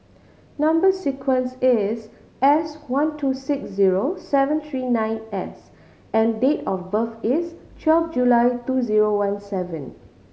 number sequence is S one two six zero seven three nine S and date of birth is twelve July two zero one seven